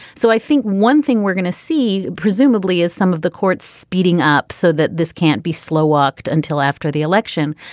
so i think one thing we're going to see presumably is some of the courts speeding up so that this can't be slow walked until after the election.